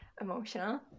emotional